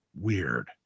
weird